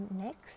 next